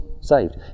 saved